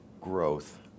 growth